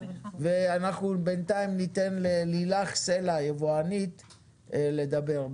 ובינתיים, ניתן ללילך סלע, יבואנית, לדבר.